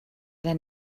their